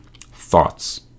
thoughts